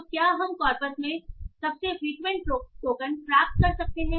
तो क्या हम कॉर्पस में सबसे फ्रिक्वेंट टोकन प्राप्त कर सकते हैं